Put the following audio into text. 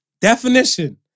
Definition